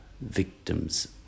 victims